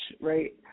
right